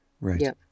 Right